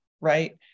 right